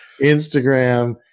Instagram